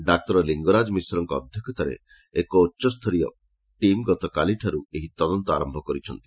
ଡାକ୍ତର ଲିଙ୍ଗରାଜ ମିଶ୍ରଙ୍କ ଅଧ୍ଧକ୍ଷତାରେ ଏକ ଉଚ୍ଚସ୍ଡରୀୟ ଟିମ୍ ଗତକାଲିଠାରୁ ଏହି ତଦନ୍ତ ଆରମ୍ଭ କରିଛନ୍ତି